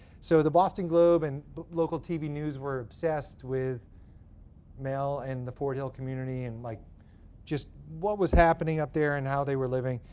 so the boston globe and but local tv news were obsessed with mel and the fort hill community, and like just what was happening up there and how they were living.